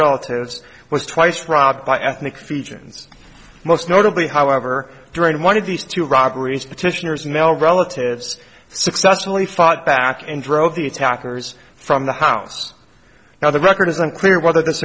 relatives was twice robbed by ethnic feige ans most notably however during one of these two robberies petitioners male relatives successfully fought back and drove the attackers from the house now the record is unclear whether this